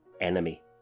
enemy